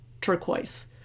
turquoise